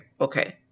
Okay